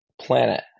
planet